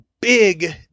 Big